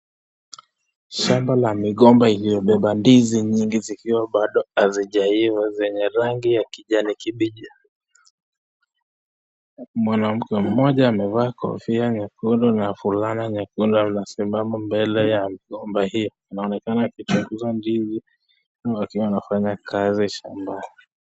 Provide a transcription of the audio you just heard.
Shamba la migombo iliyobeba ndizi nyingi zikiwa bado hazijaiva yenye rangi ya kijani kibichi, mwanamke moja amevaa kofia nyekundu na fulana nyekundu, anasimama mbele ya mgombo hii, anaonekana akichunguza ndizi akiwa anafanya kazi shambani.